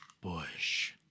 Bush